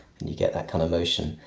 and you get that kind of motion.